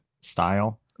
style